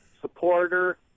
supporter